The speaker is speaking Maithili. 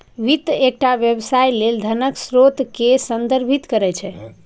वित्त एकटा व्यवसाय लेल धनक स्रोत कें संदर्भित करै छै